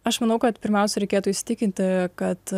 aš manau kad pirmiausia reikėtų įsitikinti kad